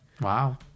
Wow